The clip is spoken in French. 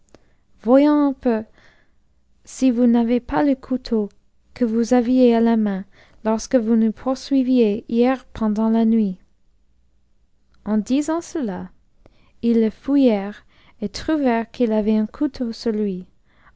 voyons un peu si vous n'avez pas le couteau que vous aviez à la main lorsque vous nous poursuiviez hier pendant la nuit en disant cela ils le fouillèrent et trouvèrent qu'il avait un couteau